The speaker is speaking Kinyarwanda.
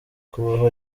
kubaho